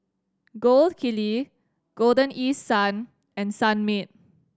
Gold Kili Golden East Sun and Sunmaid